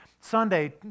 Sunday